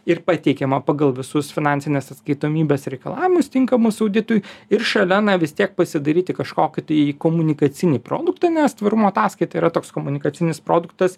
ir pateikiama pagal visus finansinės atskaitomybės reikalavimus tinkamus auditui ir šalia na vis tiek pasidaryti kažkokį tai komunikacinį produktą nes tvarumo ataskaita yra toks komunikacinis produktas